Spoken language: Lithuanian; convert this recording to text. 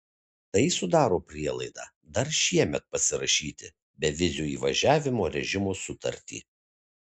tai sudaro prielaidą dar šiemet pasirašyti bevizio įvažiavimo režimo sutartį